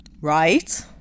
Right